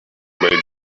may